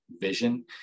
vision